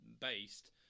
based